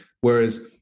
Whereas